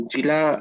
Jila